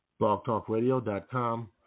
blogtalkradio.com